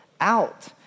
out